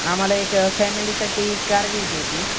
आम्हाला एक फॅमिलीसाठी कार घ्यायची होती